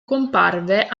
comparve